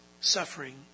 suffering